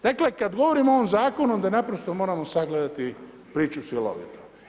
Dakle, kad govorimo o ovom Zakonu, onda naprosto moramo sagledati priču cjelovito.